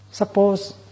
Suppose